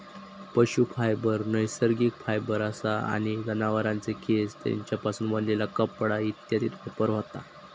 पशू फायबर नैसर्गिक फायबर असा आणि जनावरांचे केस, तेंच्यापासून बनलेला कपडा इत्यादीत वापर होता